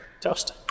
Toast